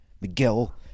Miguel